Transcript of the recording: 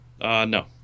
No